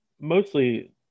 mostly